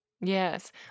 Yes